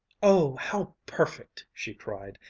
oh, how perfect! she cried,